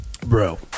Bro